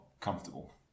comfortable